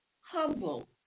humble